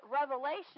revelation